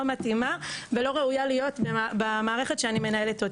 מתאימה ולא ראויה להיות במערכת שאני מנהלת אותה.